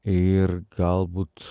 ir galbūt